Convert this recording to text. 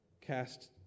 cast